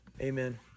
Amen